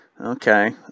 Okay